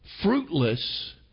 fruitless